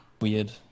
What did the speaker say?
weird